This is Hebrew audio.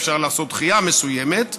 אפשר לעשות דחייה מסוימת,